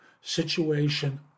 situation